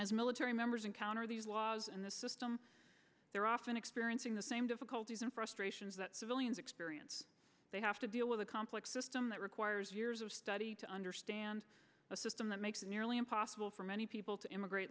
worse as military members encounter these laws and the system they are often experiencing the same difficulties and frustrations that civilians experience they have to deal with a complex system that requires years of study to understand a system that makes it nearly impossible for many people to immigrate